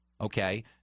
Okay